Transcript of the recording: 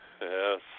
Yes